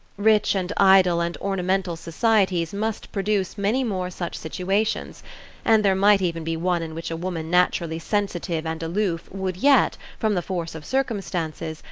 rich and idle and ornamental societies must produce many more such situations and there might even be one in which a woman naturally sensitive and aloof would yet, from the force of circumstances,